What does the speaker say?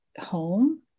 home